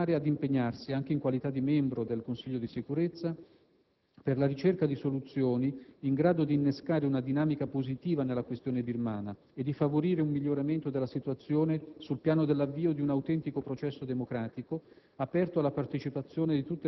L'Italia intende continuare ad impegnarsi anche in qualità di membro del Consiglio di Sicurezza per la ricerca di soluzioni in grado di innescare una dinamica positiva nella questione birmana e di favorire un miglioramento della situazione sul piano dell'avvio di un autentico processo democratico